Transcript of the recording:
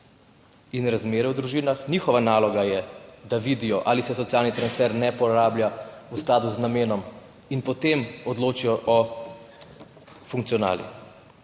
in razmere v družinah, njihova naloga je, da vidijo, ali se socialni transfer ne porablja v skladu z namenom, in potem odločijo o funkcionali.